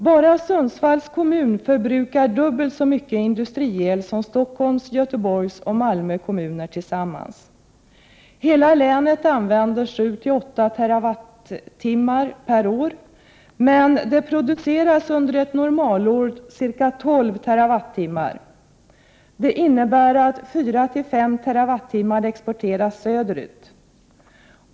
Bara Sundsvalls kommun förbrukar dubbelt så mycket industriel som Stockholms, Göteborgs och Malmö kommuner tillsammans. Hela länet använder 7-8 TWh/år per år, men det produceras under ett normalår ca 12 TWh. Detta innebär att 4-5 TWh exporteras söderut.